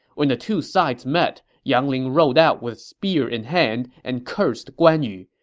when the two sides met, yang ling rode out with spear in hand and cursed guan yu,